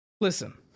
listen